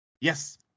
Yes